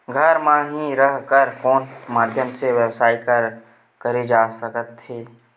घर म हि रह कर कोन माध्यम से व्यवसाय करे जा सकत हे?